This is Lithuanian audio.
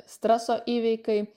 streso įveikai